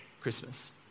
Christmas